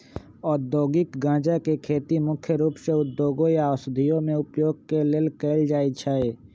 औद्योगिक गञ्जा के खेती मुख्य रूप से उद्योगों या औषधियों में उपयोग के लेल कएल जाइ छइ